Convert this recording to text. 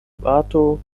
bato